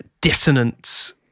dissonance